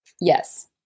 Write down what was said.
Yes